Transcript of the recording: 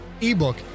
ebook